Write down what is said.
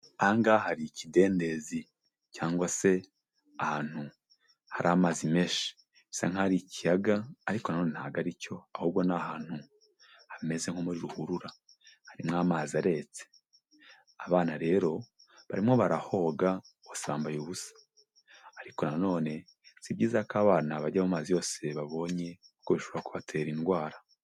Aha ngaha hari ikidendezi cyangwa se ahantu hari amazi menshi, bisa nkaho ari ikiyaga ariko nanone ntabwo aricyo ahubwo ni ahantu hameze nko muri ruhurura harimo amazi aretse, abana rero barimo barahoga bose bambaye ubusa, ariko nanone si byiza ko abana bajya mu mazi yose babonye kuko bishobora kubatera indwara.